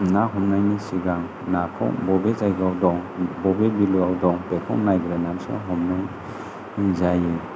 ना हमनायनि सिगां नाखौ बबे जायगायाव दं बबे बिलोआव दं बेखौ नागिरनानैसो हमनाय जायो